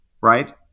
right